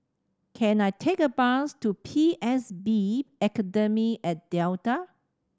can I take a bus to P S B Academy at Delta